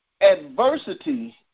adversity